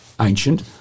ancient